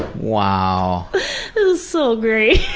wow. it was so great.